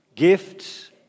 Gifts